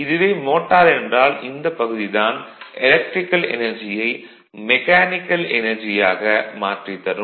இதுவே மோட்டார் என்றால் இந்தப் பகுதி தான் எலக்ட்ரிகல் எனர்ஜியை மெக்கானிக்கல் எனர்ஜியாக மாற்றித் தரும்